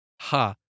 Ha